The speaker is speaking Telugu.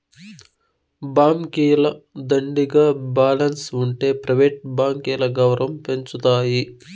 బాంకీల దండిగా బాలెన్స్ ఉంటె ప్రైవేట్ బాంకీల గౌరవం పెంచతాయి